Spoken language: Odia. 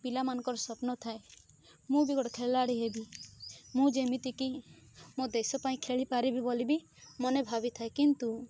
ପିଲା ମାନକର ସ୍ୱପ୍ନ ଥାଏ ମୁଁ ବି ଗୋଟେ ଖେଳାଳି ହେବି ମୁଁ ଯେମିତିକି ମୋ ଦେଶ ପାଇଁ ଖେଳିପାରିବି ବୋଲି ବି ମନେ ଭାବିଥାଏ କିନ୍ତୁ